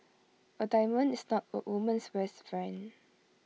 A diamond is not A woman's best friend